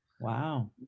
Wow